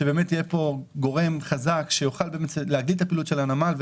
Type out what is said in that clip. שיהיה פה גורם חזק שיוכל להגדיל את הפעילות של הנמל,